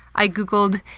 i googled,